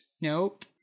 Nope